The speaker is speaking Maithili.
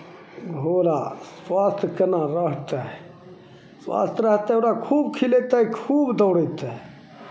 घोड़ा स्वस्थ केना रहतै स्वस्थ रहतै ओकरा खूब खिलयतै खूब दौड़यतै